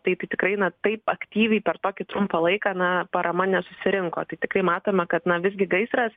taip tai tikrai na taip aktyviai per tokį trumpą laiką na parama nesusirinko tai tikrai matome kad na visgi gaisras